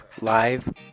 Live